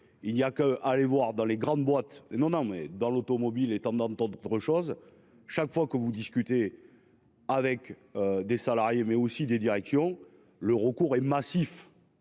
Il y a qu'à aller voir dans les grandes boîtes. Non non mais dans l'automobile étant dans dans d'autres choses. Chaque fois que vous discutez. Avec des salariés mais aussi des directions le recours est massif.